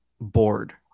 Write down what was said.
bored